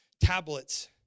tablets